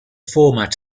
format